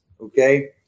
Okay